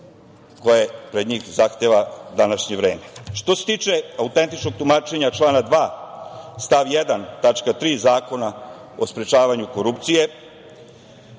koje pred njih zahteva današnje vreme. Što se tiče autentičnog tumačenja člana 2. stav 1. tačka 3. Zakona o sprečavanju korupcije,